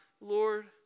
Lord